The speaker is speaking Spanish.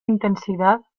intensidad